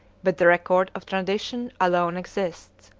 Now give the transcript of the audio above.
but the record of tradition alone exists.